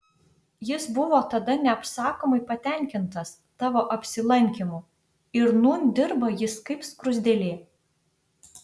jis buvo tada neapsakomai patenkintas tavo apsilankymu ir nūn dirba jis kaip skruzdėlė